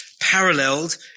paralleled